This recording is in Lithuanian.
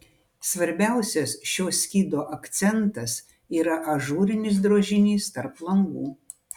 svarbiausias šio skydo akcentas yra ažūrinis drožinys tarp langų